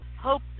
hope